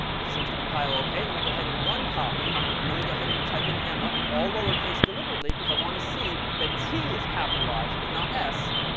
seems to compile ok. let me go ahead and run copy. and let me go ahead and type in emma, in all lowercase, deliberately, because i want to see that t is capitalized but not s.